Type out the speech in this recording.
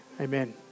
amen